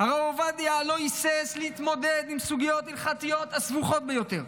"הרב עובדיה לא היסס להתמודד עם הסוגיות ההלכתיות הסבוכות ביותר.